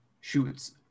shoots